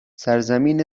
سرزمین